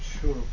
sure